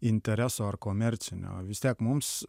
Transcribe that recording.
intereso ar komercinio vis tiek mums